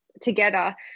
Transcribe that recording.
together